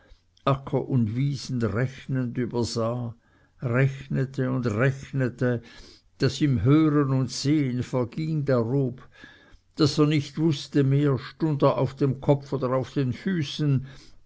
und wiesen rechnend übersah rechnete und rechnete daß ihm hören und sehen verging darob daß er nicht wußte mehr stund er auf dem kopfe oder auf den füßen